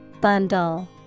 Bundle